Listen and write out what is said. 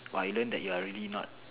!wah! I learn that you are really not